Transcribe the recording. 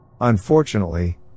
Unfortunately